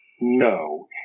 no